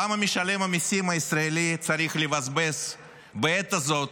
למה משלם המיסים הישראלי צריך לבזבז בעת הזו,